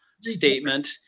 statement